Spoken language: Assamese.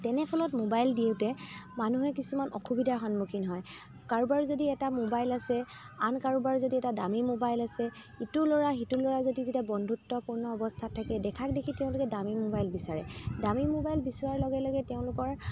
তেনে ফলত মোবাইল দিওঁতে মানুহে কিছুমান অসুবিধাৰ সন্মুখীন হয় কাৰোবাৰ যদি এটা মোবাইল আছে আন কাৰোবাৰ যদি এটা দামী মোবাইল আছে ইটো ল'ৰা সিটো ল'ৰা যদি বন্ধুত্বপূৰ্ণ অৱস্থাত থাকে দেখাক দেখি তেওঁলোকে দামি মোবাইল বিচাৰে দামী মোবাইল বিচৰাৰ লগে লগে তেওঁলোকৰ